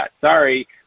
sorry